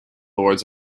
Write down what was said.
lords